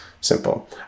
simple